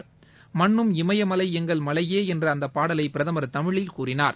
மண்ணும் இமயமலை எங்கள் மலையே என்ற அந்த பாடலை பிரதமர் தமிழில் கூறினார்